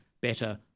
better